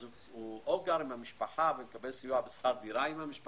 אז הוא או גר עם המשפחה ומקבל סיוע בשכר דירה עם המשפחה.